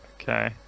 Okay